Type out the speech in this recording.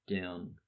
down